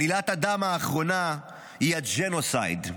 עלילת הדם האחרונה היא הג'נוסייד.